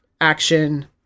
action